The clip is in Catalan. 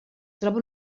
troba